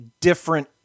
different